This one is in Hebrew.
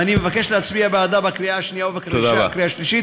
ואני מבקש להצביע בעדה בקריאה השנייה ובקריאה השלישית.